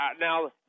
Now